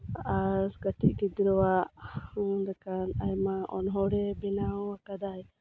ᱟᱨ ᱠᱟᱹᱴᱤᱡ ᱜᱤᱫᱽᱨᱟᱹᱣᱟᱜ ᱞᱮᱠᱟᱱ ᱟᱭᱢᱟ ᱚᱱᱚᱬᱦᱮᱭ ᱵᱮᱱᱟᱣ ᱟᱠᱟᱫᱟᱭ